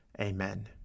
Amen